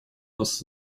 вас